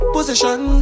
Position